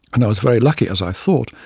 and i was very lucky, as i thought,